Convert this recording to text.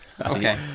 Okay